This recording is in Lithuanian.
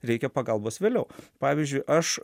reikia pagalbos vėliau pavyzdžiui aš